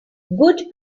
good